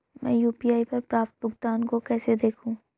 मैं यू.पी.आई पर प्राप्त भुगतान को कैसे देखूं?